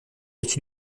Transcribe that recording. dessus